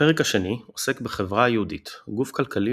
הפרק השני עוסק "בחברה היהודית" - גוף כלכלי,